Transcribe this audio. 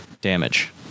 damage